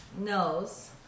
Knows